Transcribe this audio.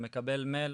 אתה מקבל מייל,